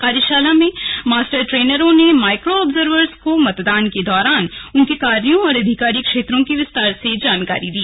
कार्यशाला में मास्टर ट्रेनरों ने माइक्रो ऑब्जर्वर को मतदान के दौरान उनके कार्यों और अधिकारी क्षेत्रों की विस्तार से जानकारियां दी